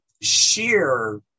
sheer